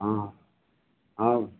हाँ हाँ